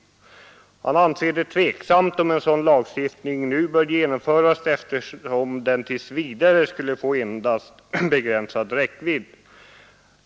Departementschefen anser det tveksamt om en sådan lagstiftning nu bör genomföras eftersom den tills vidare skulle få endast begränsad räckvidd.